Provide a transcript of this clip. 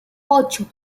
ocho